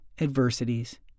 adversities